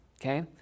okay